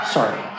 Sorry